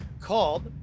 called